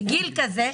בגיל כזה,